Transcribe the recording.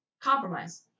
compromise